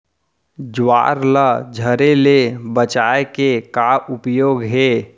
ज्वार ला झरे ले बचाए के का उपाय हे?